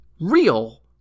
real